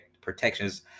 protections